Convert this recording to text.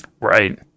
Right